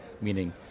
meaning